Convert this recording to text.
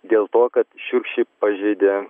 dėl to kad šiurkščiai pažeidė